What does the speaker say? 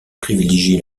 privilégie